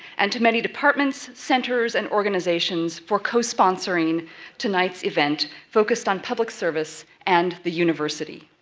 and to many departments, centers, and organizations for co-sponsoring tonight's event, focused on public service and the university.